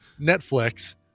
netflix